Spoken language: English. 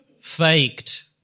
faked